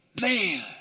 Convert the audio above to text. Man